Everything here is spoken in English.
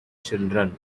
children